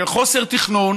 של חוסר תכנון.